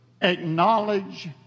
acknowledge